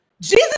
jesus